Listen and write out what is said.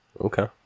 Okay